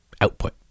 output